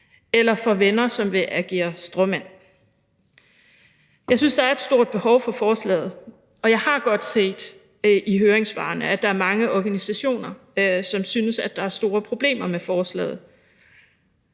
eller for venner, som vil agere stråmænd. Jeg synes, der er et stort behov for forslaget, og jeg har godt set i høringssvarene, at der er mange organisationer, som synes, at der er store problemer med forslaget.